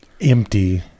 empty